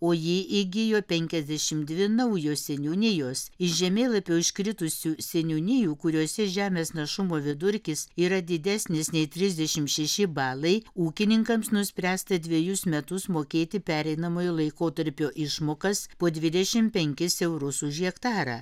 o jį įgijo pekiasdešim dvi naujos seniūnijos iš žemėlapio iškritusių seniūnijų kuriose žemės našumo vidurkis yra didesnis nei trisdešim šeši balai ūkininkams nuspręsta dvejus metus mokėti pereinamojo laikotarpio išmokas po dvidešim penkis eurus už hektarą